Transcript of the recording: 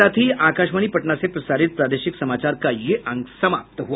इसके साथ ही आकाशवाणी पटना से प्रसारित प्रादेशिक समाचार का ये अंक समाप्त हुआ